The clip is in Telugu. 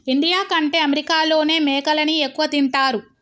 ఇండియా కంటే అమెరికాలోనే మేకలని ఎక్కువ తింటారు